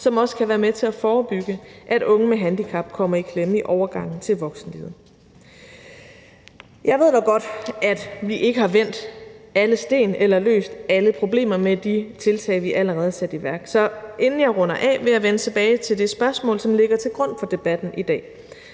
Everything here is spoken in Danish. som også kan være med til at forebygge, at unge med handicap kommer i klemme i overgangen til voksenlivet. Jeg ved da godt, at vi ikke har vendt alle sten eller løst alle problemer med de tiltag, vi allerede har sat i værk, så inden jeg runder af, vil jeg vende tilbage til det spørgsmål, som ligger til grund for debatten i dag,